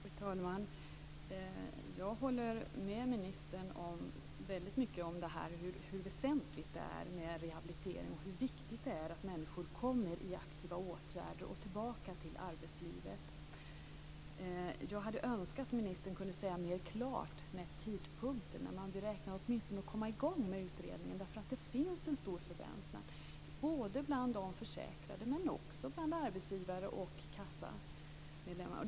Fru talman! Jag håller med ministern om hur väsentligt det är med rehabilitering och hur viktigt det är att människor kommer in i aktiva åtgärder och tillbaka till arbetslivet. Jag hade önskat att ministern åtminstone hade kunnat tala om när man beräknar komma i gång med utredningen, eftersom det finns en förväntan bland de försäkrade men också bland arbetsgivare och kassamedlemmar.